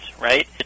right